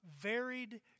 varied